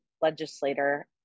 legislator